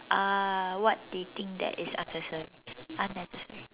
uh what do you think that is unnecessary unnecessary